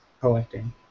collecting